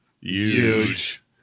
Huge